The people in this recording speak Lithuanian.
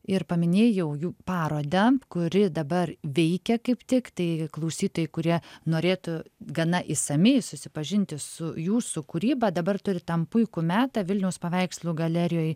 ir paminėjau jų parodą kuri dabar veikia kaip tik tai klausytojai kurie norėtų gana išsamiai susipažinti su jūsų kūryba dabar turi tam puikų metą vilniaus paveikslų galerijoj